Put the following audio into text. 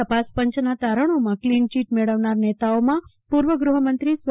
તપાસપંચના તારણોમાં ક્લીનચીટ મેળવનાર નેતાઓમાં પૂર્વ ગ્રહમંત્રી સ્વ